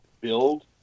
build